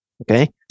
okay